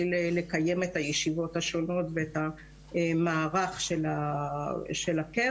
לקיים את הישיבות השונות ואת המערך של הקרן,